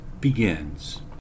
begins